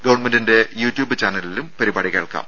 ഗവൺമെന്റിന്റെ യൂട്യൂബ് ചാനലിലും പരിപാടി കേൾക്കാം